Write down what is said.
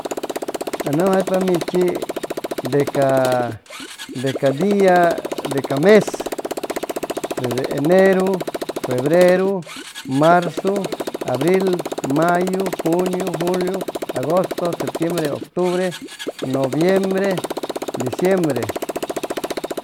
U numjaypa michi de ca de ca dia de ca mes eneru, febreru, marzu, abril, mayu, juniu, juliu, agustu, septiembre, uctubre, nubiembre, diciembre